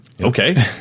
okay